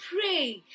Pray